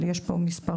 אבל יש פה מספרים.